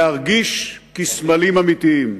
להרגיש כסמלים אמיתיים.